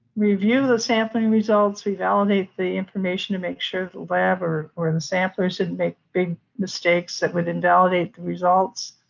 review the sampling results, we validate the information to make sure the lab or or and the samplers didn't make big mistakes that would invalidate the results,